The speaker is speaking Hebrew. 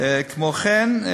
כמו כן,